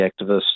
activists